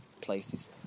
places